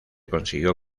consiguió